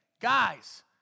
guys